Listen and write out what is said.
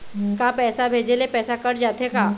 का पैसा भेजे ले पैसा कट जाथे का?